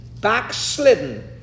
backslidden